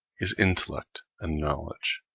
is intellect and knowledge